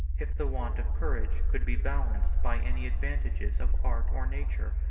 if the want of courage could be balanced by any advantages of art or nature.